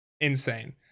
insane